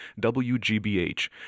WGBH